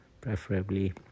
preferably